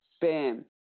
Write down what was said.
Bam